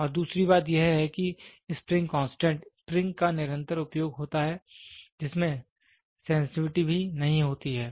और दूसरी बात यह है कि स्प्रिंग कांस्टेंट स्प्रिंग का निरंतर उपयोग होता है जिसमें सेंसटिविटी भी नहीं होती है